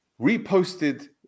reposted